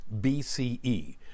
BCE